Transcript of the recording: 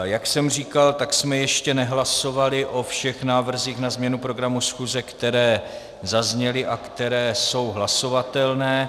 Jak jsem říkal, tak jsme ještě nehlasovali o všech návrzích na změnu programu schůze, které zazněly a které jsou hlasovatelné.